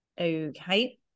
Okay